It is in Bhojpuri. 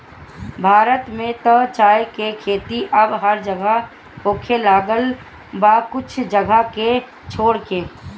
भारत में त चाय के खेती अब हर जगह होखे लागल बा कुछ जगह के छोड़ के